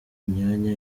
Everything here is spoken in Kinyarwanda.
imyanya